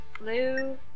blue